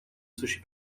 sushi